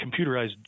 computerized